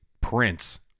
Prince